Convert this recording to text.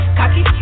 cocky